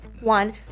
one